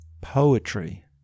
poetry